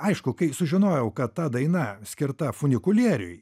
aišku kai sužinojau kad ta daina skirta funikulieriui